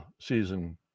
season